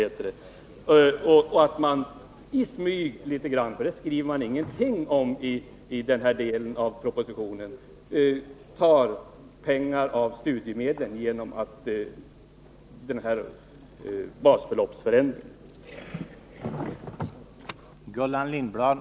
Dessutom har man i smyg — om detta skriver man ingenting i den här delen av propositionen — tagit pengar av studiemedlen genom basbeloppsförändringen.